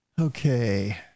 Okay